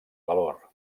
valor